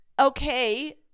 okay